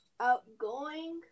Outgoing